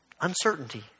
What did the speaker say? uncertainty